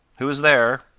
who is there?